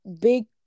big